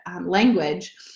language